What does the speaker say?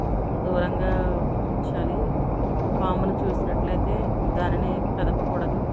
దూరంగా ఉంచాలి పామును చూసినట్లైతే దానిని కదపకూడదు